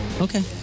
Okay